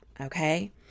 okay